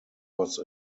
was